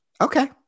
Okay